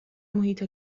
محیط